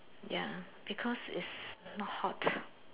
ya because is not hot